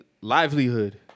livelihood